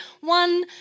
one